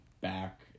back